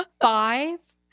Five